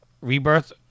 Rebirth